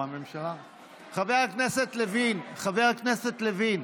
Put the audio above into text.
חבר הכנסת לוין,